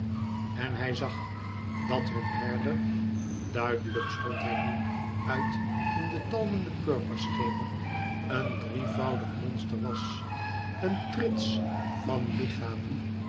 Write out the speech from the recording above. en hij zag dat hun herder duidelijk stond hij nu uit in de talmende purperschemer een drievoudig monster was een trits van lichamen